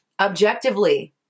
objectively